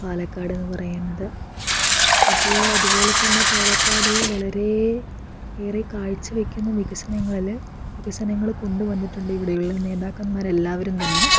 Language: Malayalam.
പാലക്കാട് എന്ന് പറയുന്നത് അപ്പോൾ അതുപോലെത്തന്നെ പാലക്കാടില് വളരെ ഏറെ കാഴ്ചവെക്കുന്ന വികസനകളില് വികസനങ്ങള് കൊണ്ടുവന്നിട്ടുണ്ട് ഇവിടെയുള്ള നേതാക്കന്മാർ എല്ലാവരും തന്നെ